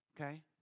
okay